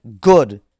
good